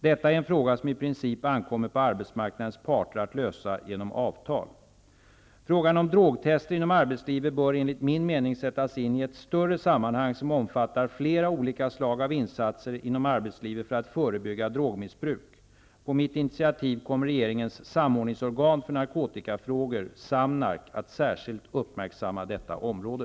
Detta är en fråga som i princip ankommer på arbetsmarknadens parter att lösa genom avtal. Frågan om drogtester inom arbetslivet bör enligt min mening sättas in i ett större sammanhang som omfattar flera olika slag av insatser inom arbetslivet för att förebygga drogmissbruk. På mitt initiativ kommer regeringens samordningsorgan för narkotikafrågor -- SAMNARK -- att särskilt uppmärksamma detta område.